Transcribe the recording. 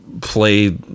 play